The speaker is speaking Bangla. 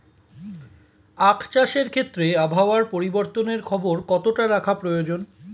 আখ চাষের ক্ষেত্রে আবহাওয়ার পরিবর্তনের খবর কতটা রাখা প্রয়োজন?